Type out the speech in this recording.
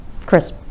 Chris